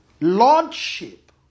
Lordship